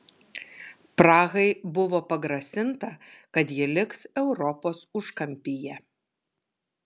prahai buvo pagrasinta kad ji liks europos užkampyje